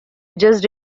just